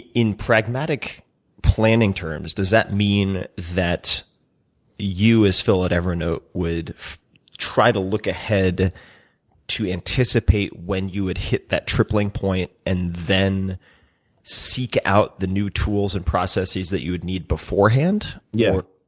in pragmatic planning terms, does that mean that you as phil at evernote would try to look ahead to anticipate when you would hit that tripling point and then seek out the new tools and processes that you would need before hand? yeah.